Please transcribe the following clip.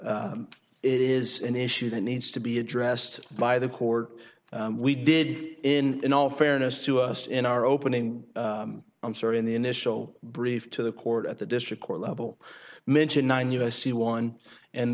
it is an issue that needs to be addressed by the court we did in in all fairness to us in our opening i'm sorry in the initial brief to the court at the district court level mention nine u s c one and